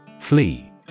Flee